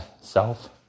self